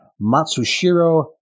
Matsushiro